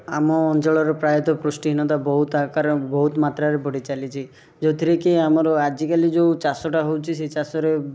ଆମ ଅଞ୍ଚଳର ପ୍ରାୟତଃ ପୁଷ୍ଟିହୀନତା ବହୁତ ଆକାରେ ବହୁତ ମାତ୍ରରେ ବଢ଼ି ଚାଲିଛି ଯେଉଁଥିରେକି ଆମର ଆଜିକାଲି ଯେଉଁ ଚାଷଟା ହେଉଛି ସେହି ଚାଷରେ